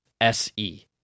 SE